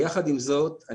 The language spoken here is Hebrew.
יחד עם זאת,